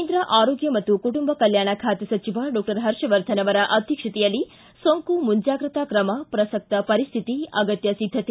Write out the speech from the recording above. ಕೇಂದ್ರ ಆರೋಗ್ಯ ಮತ್ತು ಕುಟುಂಬ ಕಲ್ಕಾಣ ಖಾತೆ ಸಚಿವ ಡಾಕ್ಷರ್ ಹರ್ಷವರ್ಧನ್ ಅವರ ಅಧ್ಯಕ್ಷತೆ ಸೋಂಕು ಮುಂಜಾಗ್ರತಾ ತ್ರಮ ಪ್ರಸಕ್ತ ಪರಿಸ್ಥಿತಿ ಅಗತ್ಯ ಸಿದ್ಧತೆ